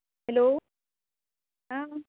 hello आं